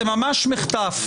זה ממש מחטף.